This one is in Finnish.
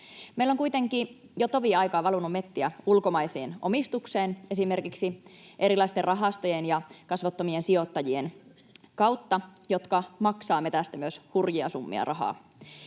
Meillä on kuitenkin jo tovin aikaa valunut metsiä ulkomaiseen omistukseen esimerkiksi erilaisten rahastojen ja kasvottomien sijoittajien kautta, jotka maksavat metsästä myös hurjia summia rahaa.